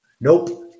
Nope